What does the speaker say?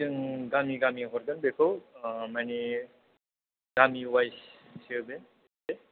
जों गामि गामि हरदों बेखौ मानि गामि वाइस सो बे